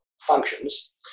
functions